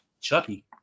Chucky